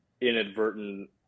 inadvertent